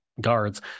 guards